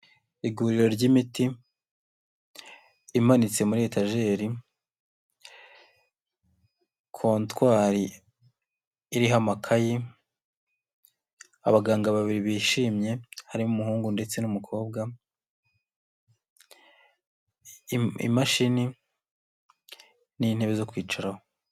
Iguriro ry'imiti imanitse muri etajeri, kontwari iriho amakayi, abaganga babiri bishimye harimo umuhungu ndetse n'umukobwa, imashini n'intebe zo kwicaraho.